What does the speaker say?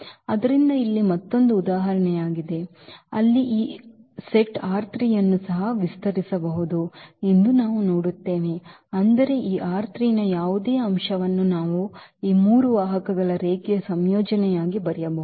ಆದ್ದರಿಂದ ಇಲ್ಲಿ ಇದು ಮತ್ತೊಂದು ಉದಾಹರಣೆಯಾಗಿದೆ ಅಲ್ಲಿ ಈ ಸೆಟ್ ಅನ್ನು ಸಹ ವಿಸ್ತರಿಸಬಹುದು ಎಂದು ನಾವು ನೋಡುತ್ತೇವೆ ಅಂದರೆ ಈ ನ ಯಾವುದೇ ಅಂಶವನ್ನು ನಾವು ಈ ಮೂರು ವಾಹಕಗಳ ರೇಖೀಯ ಸಂಯೋಜನೆಯಾಗಿ ಬರೆಯಬಹುದು